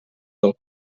del